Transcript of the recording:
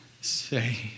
say